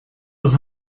doch